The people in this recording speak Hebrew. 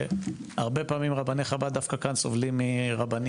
והרבה פעמים רבני חב"ד דווקא כאן סובלים מרבנים